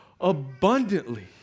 abundantly